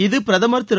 இது பிரதமர் திரு